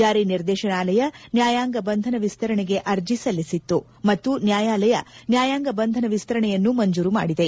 ಜಾರಿ ನಿರ್ದೇಶನಾಲಯ ನ್ಯಾಯಾಂಗ ಬಂಧನ ವಿಸ್ತರಣೆಗೆ ಅರ್ಜಿ ಸಲ್ಲಿಸಿತ್ತು ಮತ್ತು ನ್ಯಾಯಾಲಯ ನ್ನಾಯಾಂಗ ಬಂಧನ ವಿಸ್ತರಣೆಯನ್ನು ಮಂಜೂರು ಮಾಡಿದೆ